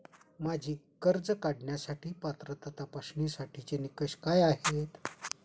माझी कर्ज काढण्यासाठी पात्रता तपासण्यासाठीचे निकष काय आहेत?